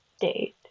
date